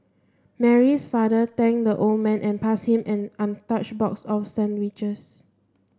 Mary's father thanked the old man and passed him an untouched box of sandwiches